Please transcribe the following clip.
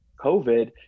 COVID